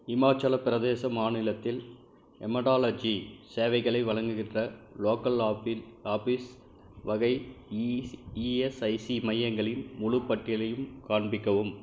இமாச்சலப் பிரதேச மாநிலத்தில் ஹெமடாலஜி சேவைகளை வழங்குகின்ற லோக்கல் ஆஃபீட் ஆஃபீஸ் வகை ஈஸ் இஎஸ்ஐசி மையங்களின் முழுப் பட்டியலையும் காண்பிக்கவும்